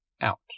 out